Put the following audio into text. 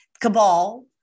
cabal